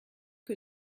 que